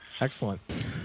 Excellent